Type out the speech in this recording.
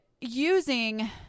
Using